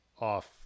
off